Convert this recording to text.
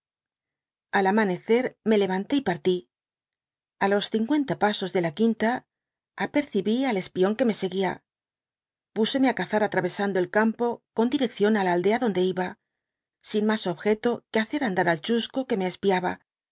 al amanecer me levanté y partí á los cincuenta pasos de la quinta y apercebí al espión que me seguía puseme á cazar atravesando el campo con dirección á la aldea donde iba y sin mas objeto que hacer andar al chusco que me espiaba